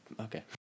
Okay